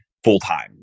full-time